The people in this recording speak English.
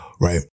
right